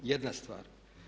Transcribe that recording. Jedna stvar.